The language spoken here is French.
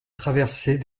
traversée